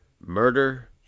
murder